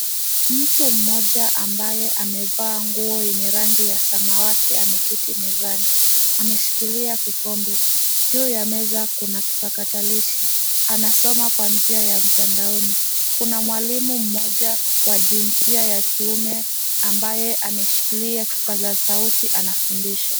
Mtu mmoja ambaye amevaa nguo ya samawati ameketi mezani. Ameshikilia kikombe. Juu ya meza kuna kipakatalishi. Anasoma kwa njia ya mtandao. Kuna mwalimu mmoja wa jinsia ya kiume ambaye ameshikilia kipaza sauti anafundisha .